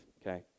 Okay